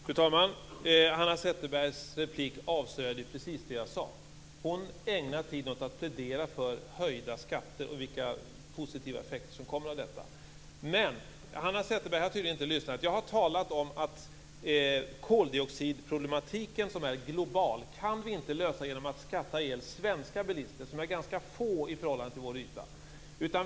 Fru talman! Hanna Zetterbergs replik avslöjade precis det jag sade. Hon ägnar tiden åt att plädera för höjda skatter och vilka positiva effekter som kommer av detta. Hanna Zetterberg har tydligen inte lyssnat. Jag har talat om att vi inte kan lösa koldioxidproblematiken, som är global, genom att skatta ihjäl svenska bilister. De är ganska få i förhållande till vår yta.